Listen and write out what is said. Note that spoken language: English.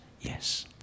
yes